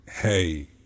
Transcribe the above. Hey